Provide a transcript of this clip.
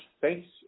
Thanks